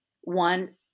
one